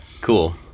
Cool